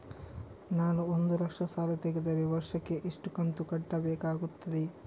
ನಾನು ಒಂದು ಲಕ್ಷ ಸಾಲ ತೆಗೆದರೆ ವರ್ಷಕ್ಕೆ ಎಷ್ಟು ಕಂತು ಕಟ್ಟಬೇಕಾಗುತ್ತದೆ?